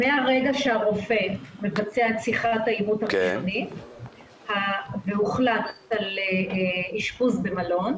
מהרגע שהרופא מבצע את שיחת האימות הראשונית והוחלט על אשפוז במלון,